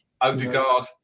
Odegaard